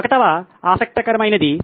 1 వ ఆసక్తికరమైనది